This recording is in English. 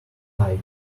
tight